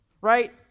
right